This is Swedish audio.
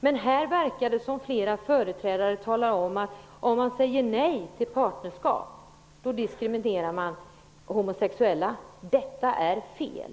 Men här verkar det som att flera företrädare menar, att om man säger nej till partnerskap diskriminerar man homosexuella. Detta är fel.